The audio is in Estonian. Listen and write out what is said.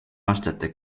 aastate